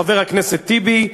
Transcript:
חבר הכנסת טיבי,